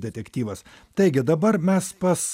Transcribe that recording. detektyvas taigi dabar mes pas